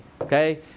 okay